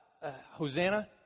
Hosanna